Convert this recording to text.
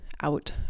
out